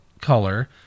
color